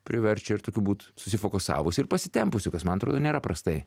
priverčia ir tokiu būt susifokusavusiu ir pasitempusiu kas man atrodo nėra prastai